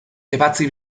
ebatzi